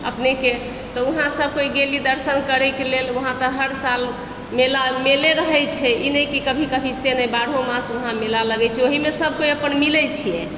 अपनेके तऽ वहाँ सब कोइ गेलि दर्शन करै के लेल वहाँ तऽ हर साल मेला मेले रहै छै ई नहि की कभी कभी से नहि बारहो मास वहाँ मेला लैगै छै ओहिमे सब केओ अपन मिलै छियै